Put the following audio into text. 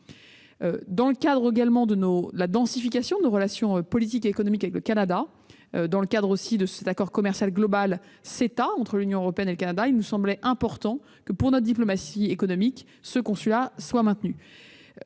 Dans le cadre de la densification de nos relations politiques et économiques avec le Canada et notamment de l'accord économique et commercial global (CETA) entre l'Union européenne et le Canada, il nous semblait important, pour notre diplomatie économique, que ce consulat soit maintenu.